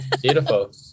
Beautiful